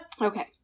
Okay